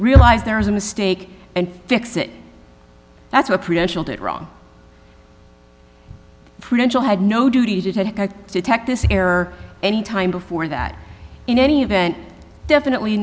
realize there was a mistake and fix it that's what professional did wrong prudential had no duty to detect this error any time before that in any event definitely